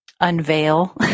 unveil